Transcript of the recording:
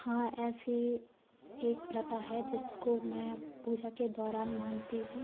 हाँ ऐसी एक प्रथा है जिसको मैं पूजा के दौरान मानती हूँ